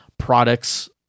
products